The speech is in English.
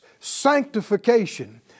sanctification